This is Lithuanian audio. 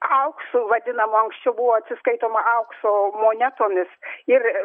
auksu vadinamą anksčiau buvo atsiskaitoma aukso monetomis ir